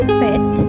pet